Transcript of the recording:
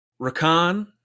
rakan